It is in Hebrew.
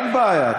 אין בעיה,